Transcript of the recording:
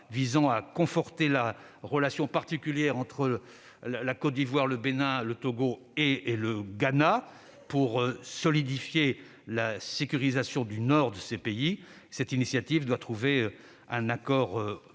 vise à conforter la relation particulière entre la Côte d'Ivoire, le Bénin, le Togo et le Ghana pour solidifier la sécurisation du nord de ces pays. Cette initiative doit déboucher sur un accord